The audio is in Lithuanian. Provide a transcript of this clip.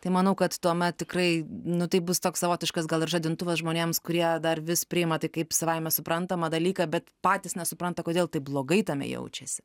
tai manau kad tuomet tikrai nu tai bus toks savotiškas gal ir žadintuvas žmonėms kurie dar vis priima tai kaip savaime suprantamą dalyką bet patys nesupranta kodėl taip blogai tame jaučiasi